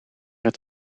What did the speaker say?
het